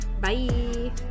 bye